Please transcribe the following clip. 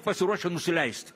pasiruošę nusileist